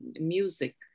music